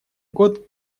год